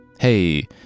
Hey